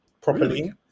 properly